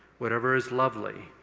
whatever is lovely,